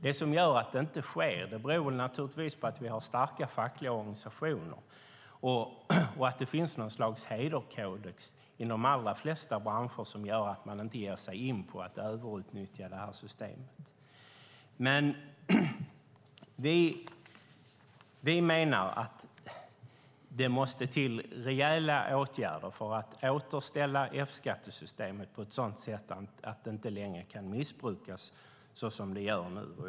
Det som gör att det inte sker är naturligtvis att vi har starka fackliga organisationer och att det finns något slags hederskodex i de allra flesta branscher som gör att man inte ger sig in på att överutnyttja systemet. Vi menar att det måste till rejäla åtgärder för att återställa F-skattesystemet på ett sådant sätt att det inte längre kan missbrukas så som nu sker.